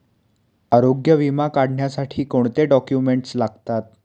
आरोग्य विमा काढण्यासाठी कोणते डॉक्युमेंट्स लागतात?